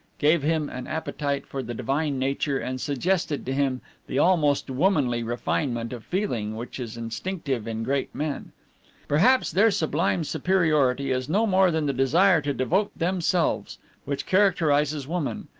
gave him an appetite for the divine nature, and suggested to him the almost womanly refinement of feeling which is instinctive in great men perhaps their sublime superiority is no more than the desire to devote themselves which characterizes woman,